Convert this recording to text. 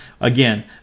Again